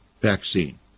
vaccine